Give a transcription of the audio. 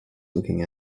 looking